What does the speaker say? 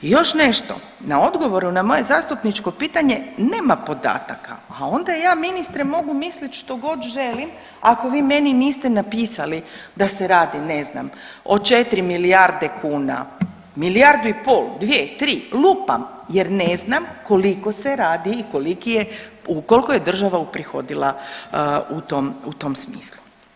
I još nešto, na odgovoru na moje zastupničko pitanje nema podataka, a onda ja, ministre, mogu misliti što god želim ako vi meni niste napisali da se radi, ne znam, o 4 milijarde kuna, milijardu i pol, 2, 3, lupam jer ne znam koliko se radi i koliki je, u koliko je država uprihodila u tom smislu.